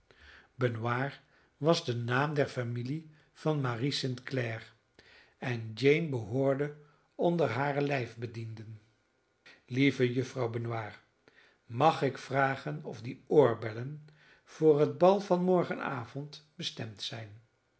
benoir was de naam der familie van marie st clare en jane behoorde onder hare lijfbedienden lieve juffrouw benoir mag ik vragen of die oorbellen voor het bal van morgenavond bestemd zijn